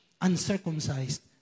uncircumcised